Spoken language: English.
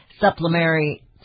supplementary